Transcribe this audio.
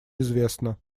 известна